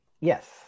yes